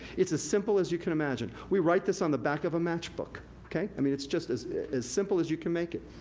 it's as simple as you can imagine. we write this on the back of a matchbook. i mean it's just as as simple as you can make it.